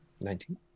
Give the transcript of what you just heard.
Nineteen